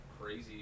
crazy